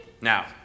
Now